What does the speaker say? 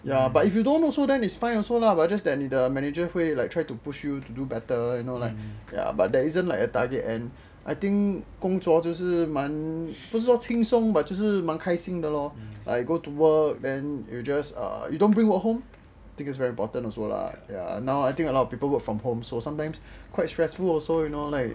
ya but if you don't also it's fine also lah but just that 你的 manager 会 like try to push you to do better you know like ya but there isn't like a target and I think 工作就是蛮不是说轻松 but 就是蛮开心的 lor I go to work and just you don't bring work home I think it's very important also lah now I think a lot of people work from home or sometimes quite stressful also you know like